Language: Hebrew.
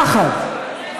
יחד,